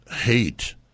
hate